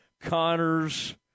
Connors